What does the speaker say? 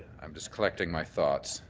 um just collecting my thoughts.